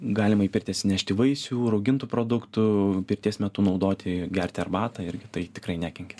galima į pirtį atsinešti vaisių raugintų produktų pirties metu naudoti gerti arbatą ir tai tikrai nekenkia